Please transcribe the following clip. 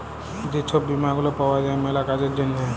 যে ছব বীমা গুলা পাউয়া যায় ম্যালা কাজের জ্যনহে